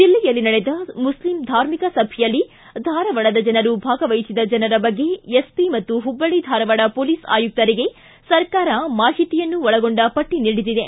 ದಿಲ್ಲಿಯಲ್ಲಿ ನಡೆದ ಮುಸ್ಲಿಂ ಧಾರ್ಮಿಕ ಸಭೆಯಲ್ಲಿ ಧಾರವಾಡದ ಜನರು ಭಾಗವಹಿಸಿದ ಜನರ ಬಗ್ಗೆ ಎಸ್ವಿ ಮತ್ತು ಹುಬ್ಲಳ್ಳ ಧಾರವಾಡ ಪೊಲೀಸ್ ಆಯುಕ್ತರಿಗೆ ಸರ್ಕಾರ ಮಾಹಿತಿಯನ್ನು ಒಳಗೊಂಡ ಪಟ್ಟ ನೀಡಿದೆ